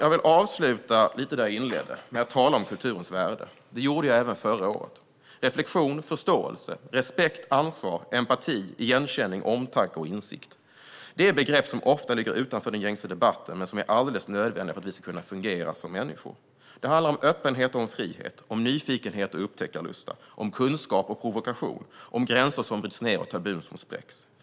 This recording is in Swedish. Jag vill avsluta lite där jag inledde, med att tala om kulturens värde. Det gjorde jag även förra året. Reflektion, förståelse, respekt, ansvar, empati, igenkänning, omtanke och insikt är begrepp som ofta ligger utanför den gängse debatten men som är alldeles nödvändiga för att vi ska kunna fungera som människor. Det handlar om öppenhet och frihet, om nyfikenhet och upptäckarlust, om kunskap och provokation, om gränser som bryts ned och tabun som spräcks.